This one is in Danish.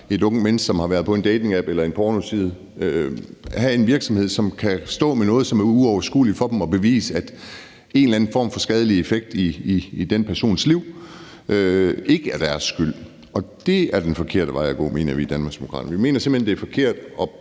et ungt menneske, som har været på en datingapp eller en pornoside, have en virksomhed, som kan stå med noget, hvor det er uoverskueligt for dem at bevise, at en eller anden form for skadelig effekt i den persons liv ikke er deres skyld, og det er den forkerte vej at gå, mener vi i Danmarksdemokraterne. Vi mener simpelt hen, det er forkert